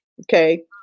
okay